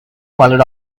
valid